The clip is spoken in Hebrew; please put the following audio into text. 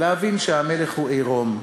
להבין שהמלך הוא עירום,